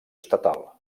estatal